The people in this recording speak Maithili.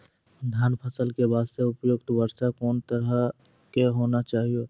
धान फसल के बास्ते उपयुक्त वर्षा कोन तरह के होना चाहियो?